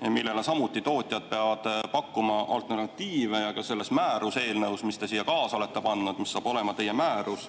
millele tootjad samuti peavad pakkuma alternatiive. Ka selles määruse eelnõus, mille te siia kaasa olete pannud ja mis saab olema teie määrus,